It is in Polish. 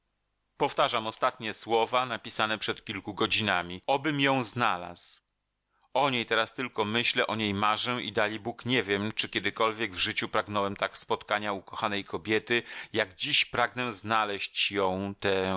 powtarzam ostatnie słowa napisane przed kilku godzinami obym ją znalazł o niej teraz tylko myślę o niej marzę i dalibóg nie wiem czy kiedykolwiek w życiu pragnąłem tak spotkania ukochanej kobiety jak dziś pragnę znaleść ją tę